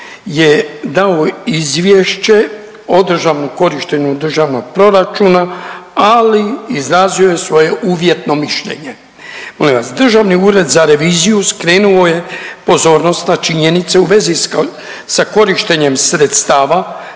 je dao izvješće o … korištenju državnog proračuna, ali izrazio je svoje uvjetno mišljenje. Molim vas, Državni ured za reviziju skrenuo je pozornost na činjenicu u vezi sa korištenjem sredstava